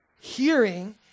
Hearing